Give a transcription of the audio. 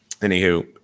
anywho